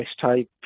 type